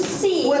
see